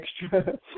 extra